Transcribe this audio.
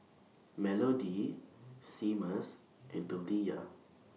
Melodie Seamus and Taliyah